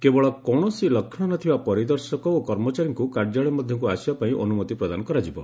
କେବଳ କୌଣସି ଲକ୍ଷଣ ନ ଥିବା ପରିଦର୍ଶକ ଓ କର୍ମଚାରୀଙ୍କୁ କାର୍ଯ୍ୟାଳୟ ମଧ୍ୟକୁ ଆସିବାପାଇଁ ଅନୁମତି ପ୍ରଦାନ କରାଯିବ